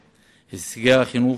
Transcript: וגם מנציגינו בממשלה.